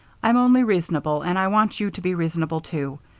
i'm only reasonable, and i want you to be reasonable too.